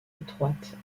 étroite